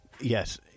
Yes